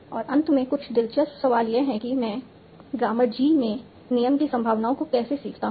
और अंत में कुछ दिलचस्प सवाल यह है कि मैं ग्रामर G में नियम की संभावनाओं को कैसे सीखता हूं